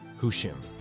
Hushim